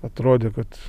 atrodė kad